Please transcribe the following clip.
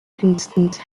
instance